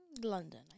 London